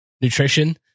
nutrition